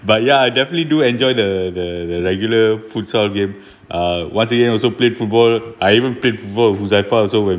but ya I definitely do enjoy the the the regular futsal game uh once a again also played football I even played with huzaifal also when